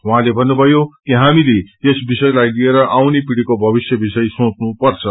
उहाँले भन्नुभयो कि हामीले यस विषयलाई लिएर आउने पिढ़ीको भविष्य विषय सोच्नुपर्छ